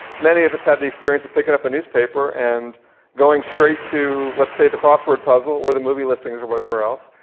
many of us have the experience of picking up a newspaper and going straight to let's say the crossword puzzle or the movie listings or whatever else.